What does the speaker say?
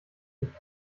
und